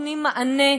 נותנים מענה,